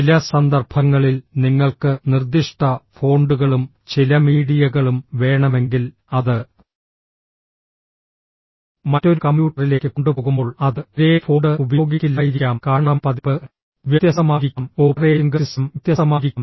ചില സന്ദർഭങ്ങളിൽ നിങ്ങൾക്ക് നിർദ്ദിഷ്ട ഫോണ്ടുകളും ചില മീഡിയകളും വേണമെങ്കിൽ അത് മറ്റൊരു കമ്പ്യൂട്ടറിലേക്ക് കൊണ്ടുപോകുമ്പോൾ അത് ഒരേ ഫോണ്ട് ഉപയോഗിക്കില്ലായിരിക്കാം കാരണം പതിപ്പ് വ്യത്യസ്തമായിരിക്കാം ഓപ്പറേറ്റിംഗ് സിസ്റ്റം വ്യത്യസ്തമായിരിക്കാം